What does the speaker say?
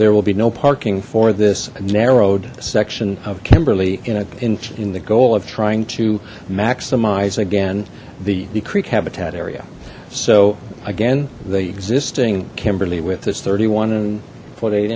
there will be no parking for this narrowed section of kimberly in a in the goal of trying to maximize again the the creek habitat area so again the existing kimberly width is thirty one and forty eight